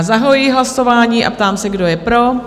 Zahajuji hlasování a ptám se, kdo je pro?